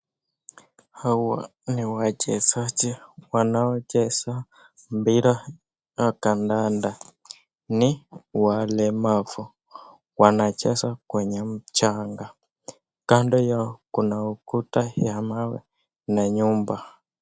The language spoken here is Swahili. Hawa ni wachezaji wanao cheza mpira wa kandanda. Ni walemavu .Wanacheza kwenye mchanga, kando yao kuna ukuta ya mawe na nyumba.